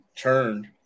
turned